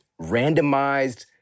randomized